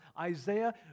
Isaiah